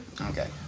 Okay